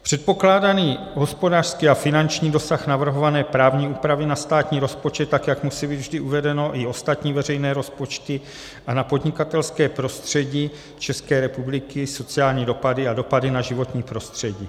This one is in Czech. Předpokládaný hospodářský a finanční dosah navrhované právní úpravy na státní rozpočet, jak musí být vždy uvedeno, i ostatní veřejné rozpočty a na podnikatelské prostředí České republiky, sociální dopady a dopady na životní prostředí.